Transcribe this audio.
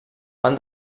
van